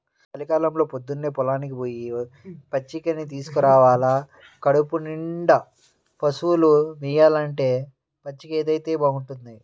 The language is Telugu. చలికాలంలో పొద్దన్నే పొలానికి పొయ్యి పచ్చికని తీసుకురావాల కడుపునిండా పశువులు మేయాలంటే పచ్చికైతేనే బాగుంటది